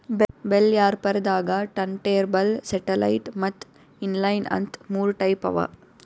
bell wrapper ದಾಗಾ turntable satellite ಮತ್ತ್ inline ಅಂತ್ ಮೂರ್ ಟೈಪ್ ಅವಾ